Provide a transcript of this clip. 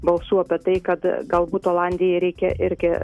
balsų apie tai kad galbūt olandijai reikia irgi